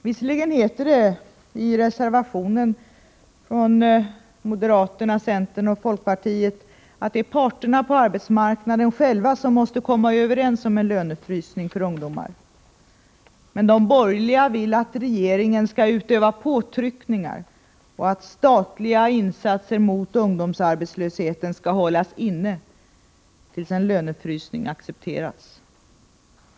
Visserligen heter det i reservationen från moderaterna, centern och folkpartiet att det är parterna på arbetsmarknaden själva som måste komma överens om en lönefrysning för ungdomarna. Men de borgerliga vill att regeringen skall utöva påtryckningar och att statliga insatser mot ungdomsarbetslösheten skall hållas inne, tills en lönefrysning har accepterats.